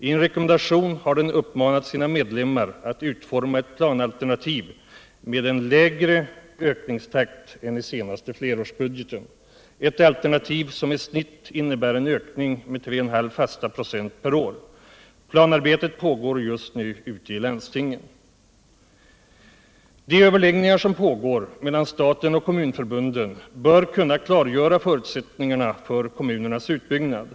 I en rekommendation har den uppmanat sina medlemmar att utforma ett planalternativ med en lägre ökningstakt än i den senaste flerårsbudgeten, ett alternativ som i snitt innebär en ökning med 3,5 fasta procent per år. Planarbetet pågår just nu ute i landstingen. De överläggningar som pågår mellan staten och kommunförbunden bör kunna klargöra förutsättningarna för kommunernas utbyggnad.